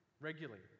regularly